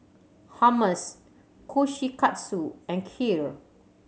Hummus Kushikatsu and Kheer